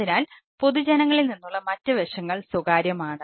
അതിനാൽപൊതുജനങ്ങളിൽ നിന്നുള്ള മറ്റ് വശങ്ങൾ സ്വകാര്യമാണ്